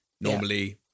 normally